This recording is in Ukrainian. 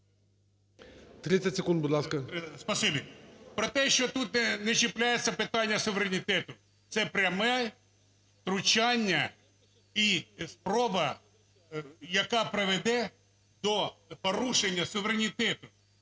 30 секунд, будь ласка.